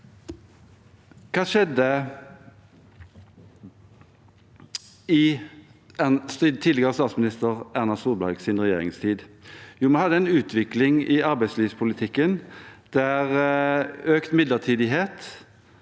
Hva skjedde i tidligere statsminister Erna Solbergs regjeringstid? Jo, vi hadde en utvikling i arbeidslivspolitikken der økt grad av midlertidighet,